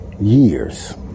years